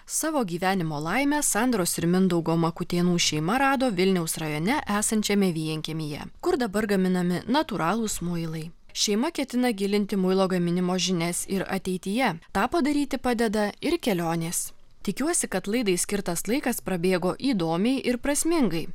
savo gyvenimo laimę sandros ir mindaugo makutėnų šeima rado vilniaus rajone esančiame vienkiemyje kur dabar gaminami natūralūs muilai šeima ketina gilinti muilo gaminimo žinias ir ateityje tą padaryti padeda ir kelionės tikiuosi kad laidai skirtas laikas prabėgo įdomiai ir prasmingai